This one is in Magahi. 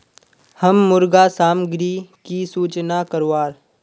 हम मुर्गा सामग्री की सूचना करवार?